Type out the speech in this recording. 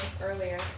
earlier